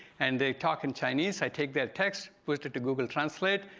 and they talk in chinese, i take their texts, post it to google translate,